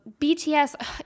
BTS